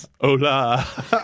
Hola